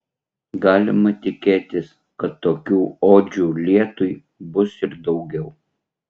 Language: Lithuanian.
galima tikėtis kad tokių odžių lietui bus ir daugiau